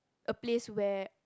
a place where